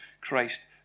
Christ